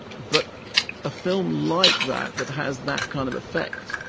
but a film like that, that has that kind of effect,